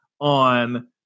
on